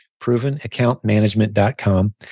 Provenaccountmanagement.com